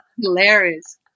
hilarious